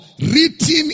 written